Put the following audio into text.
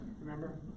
Remember